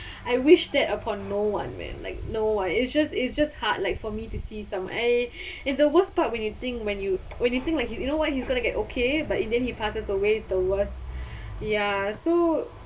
I wish that upon no one man like no one it's just it's just hard like for me to see some eh is the worst part when you think when you when you think like he's you know what he's gonna get okay but and then he passes away it's the worst